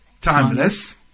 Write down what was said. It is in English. timeless